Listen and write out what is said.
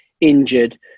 injured